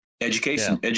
education